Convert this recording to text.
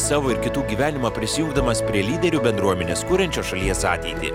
savo ir kitų gyvenimą prisijungdamas prie lyderių bendruomenės kuriančios šalies ateitį